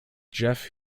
geoff